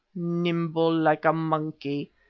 nimble like a monkey,